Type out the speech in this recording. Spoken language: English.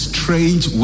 Strange